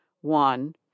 One